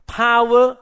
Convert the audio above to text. power